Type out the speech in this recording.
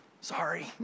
sorry